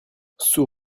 sous